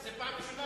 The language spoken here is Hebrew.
זו פעם ראשונה.